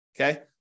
Okay